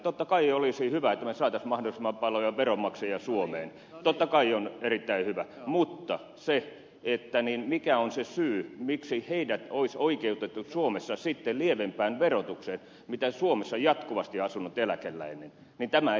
totta kai olisi hyvä että me saisimme mahdollisimman paljon veronmaksajia suomeen totta kai se on erittäin hyvä mutta mikä on se syy miksi heidät olisi oikeutettu suomessa sitten lievempään verotukseen kuin suomessa jatkuvasti asunut eläkeläinen tämä ei